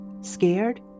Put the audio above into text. Scared